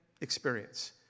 experience